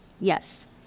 Yes